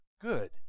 good